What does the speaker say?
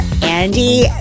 Andy